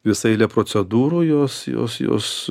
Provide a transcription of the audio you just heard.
visa eilė procedūrų jos jos jos